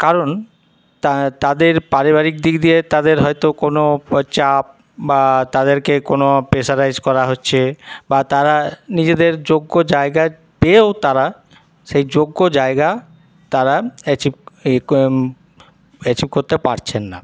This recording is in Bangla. কারণ তা তাদের পারিবারিক দিক দিয়ে তাদের হয়তো কোনো চাপ বা তাদেরকে কোনো প্রেশারাইজ করা হচ্ছে বা তারা নিজেদের যোগ্য জায়গায় পেয়েও তারা সেই যোগ্য জায়গা তারা অ্যাচিভ অ্যাচিভ করতে পারছেন না